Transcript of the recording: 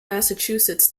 massachusetts